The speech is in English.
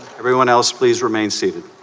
everyone else please remain seated